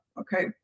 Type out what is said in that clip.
Okay